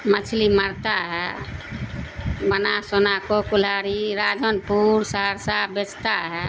مچھلی مرتا ہے بنا سنا کو کلہاڑی راجن پور سہرسہ بیچتا ہے